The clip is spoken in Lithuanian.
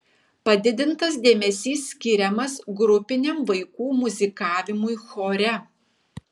padidintas dėmesys skiriamas grupiniam vaikų muzikavimui chore